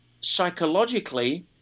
psychologically